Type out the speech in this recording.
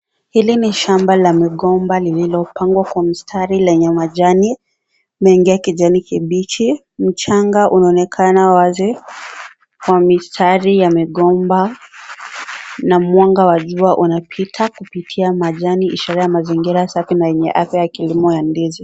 Hili ni shamba la migomba lililopangwa kwa mstari lenye majani mengi ya kijani kibichi. Mchanga unaonekana wazi kwa mistari ya migomba na mwanga wa jua unapita kupitia majani ishara ya mazingira safi na yenye afya ya kilimo ya ndizi